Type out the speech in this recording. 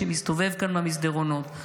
שמסתובב כאן במסדרונות,